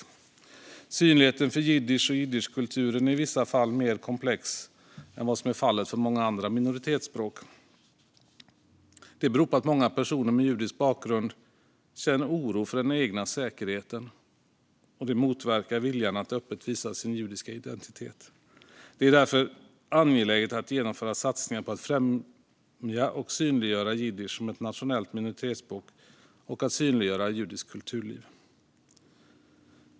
Frågan om synligheten för jiddisch och jiddischkulturen är i vissa fall mer komplex än vad som är fallet för många andra minoritetsspråk. Det beror på att många personer med judisk bakgrund känner oro för den egna säkerheten, vilket motverkar viljan att öppet visa sin judiska identitet. Det är därför angeläget att genomföra satsningar på att främja och synliggöra jiddisch som ett nationellt minoritetsspråk och att synliggöra judiskt kulturliv.